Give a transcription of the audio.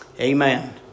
Amen